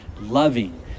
loving